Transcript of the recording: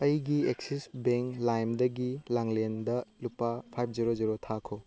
ꯑꯩꯒꯤ Axis bank ꯂꯥꯏꯝꯗꯒꯤ ꯂꯥꯡꯂꯦꯟꯗ ꯂꯨꯄꯥ ꯐꯥꯏꯚ ꯖꯦꯔꯣ ꯖꯦꯔꯣ ꯊꯥꯈꯣ